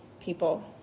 people